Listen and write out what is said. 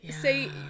say